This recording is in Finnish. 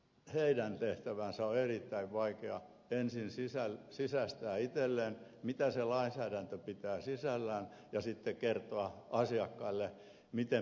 heidän tehtävänsä on erittäin vaikea ensin sisäistää itselleen mitä se lainsäädäntö pitää sisällään ja sitten kertoa asiakkaille miten pitää toimia